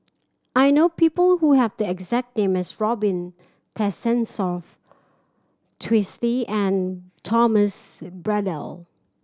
I know people who have the exact name as Robin Tessensohn Twisstii and Thomas Braddell